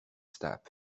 step